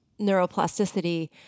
neuroplasticity